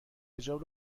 حجاب